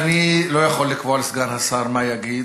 אני לא יכול לקבוע לסגן השר מה יגיד,